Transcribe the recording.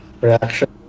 reaction